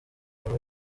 buri